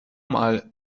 mal